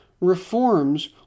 reforms